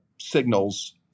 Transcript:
signals